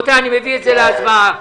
אני רוצה להביא את החוק להצבעה.